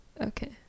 okay